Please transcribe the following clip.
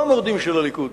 לא המורדים של הליכוד